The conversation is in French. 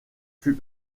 fut